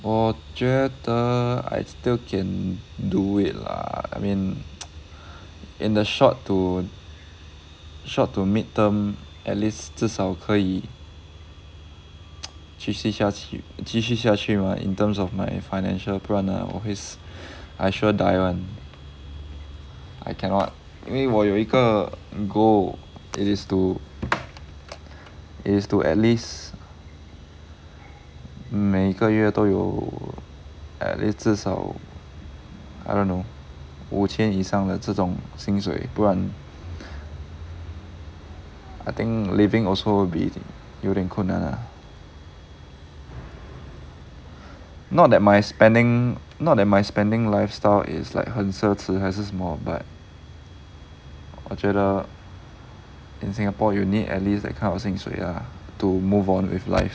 我觉得 I still can do it lah I mean in the short to short to mid term at least 至少可以继续下去继续下去 mah in terms of my financial 不然呢我会死 I sure die [one] I cannot 因为我有一个 goal it is to is to at least 每个月都有 at least 至少 I don't know 五千以上的这种薪水不然 I think living also will be bit 有点困难 ah not that my spending not that my spending lifestyle is like 很奢侈还是什么 but 我觉得 in singapore you need at least that kind of 薪水啦 to move on with life